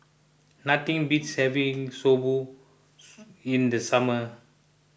nothing beats having Soba in the summer